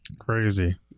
Crazy